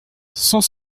sans